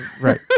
Right